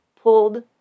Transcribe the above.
pulled